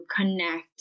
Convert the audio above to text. connect